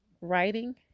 writing